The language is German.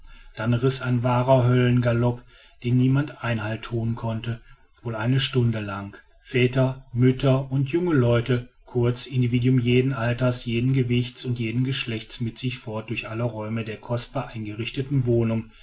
dann riß ein wahrer höllengalop dem niemand einhalt thun konnte wohl eine stunde lang väter mütter die jungen leute kurz individuen jedes alters jedes gewichts und jedes geschlechts mit sich fort durch alle räume der kostbar eingerichteten wohnung